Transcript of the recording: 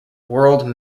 world